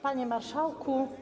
Panie Marszałku!